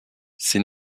ces